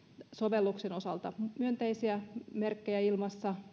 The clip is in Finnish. digisovelluksen osalta myönteisiä merkkejä on ilmassa